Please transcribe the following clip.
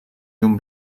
llum